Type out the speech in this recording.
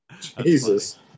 Jesus